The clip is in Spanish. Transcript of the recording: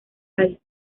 país